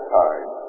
time